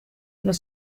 los